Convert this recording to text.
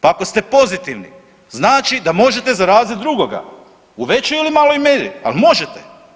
Pa ako ste pozitivni znači da možete zaraziti drugoga u većoj ili maloj mjeri, ali možete.